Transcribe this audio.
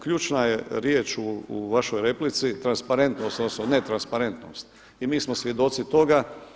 Ključna je riječ u vašoj replici transparentnost, odnosno netransparentnost i mi smo svjedoci toga.